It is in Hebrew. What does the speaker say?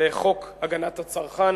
לחוק הגנת הצרכן